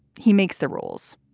he makes the rules.